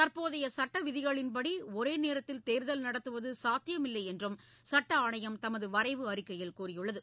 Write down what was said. தற்போதைய சுட்ட விதிகளின்படி ஒரே நேரத்தில் தேர்தல் நடத்துவது சாத்தியமில்லை என்றும் சட்ட ஆணையம் தமது வரைவு அறிக்கையில் கூறியுள்ளது